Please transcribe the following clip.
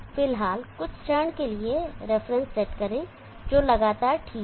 फिलहाल कुछ क्षण के लिए रेफरेंस सेट करें जो लगातार ठीक हो